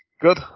Good